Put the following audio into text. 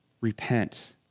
repent